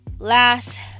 last